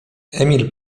emil